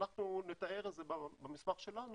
אנחנו נתאר את זה במסמך שלנו,